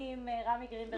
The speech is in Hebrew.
אני עם רמי גרינברג על הקו,